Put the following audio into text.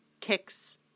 kicks